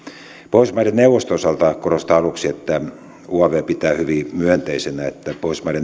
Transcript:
pohjoismaiden neuvoston osalta korostan aluksi että uav pitää hyvin myönteisenä että pohjoismaiden neuvosto